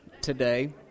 today